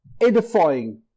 edifying